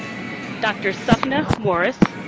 dr. sapna morris,